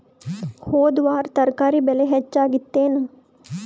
ಹೊದ ವಾರ ತರಕಾರಿ ಬೆಲೆ ಹೆಚ್ಚಾಗಿತ್ತೇನ?